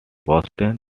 boston